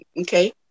Okay